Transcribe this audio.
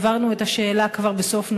העברנו את השאלה כבר בסוף נובמבר,